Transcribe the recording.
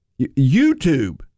youtube